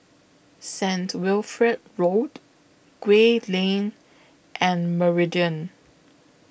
Saint Wilfred Road Gray Lane and Meridian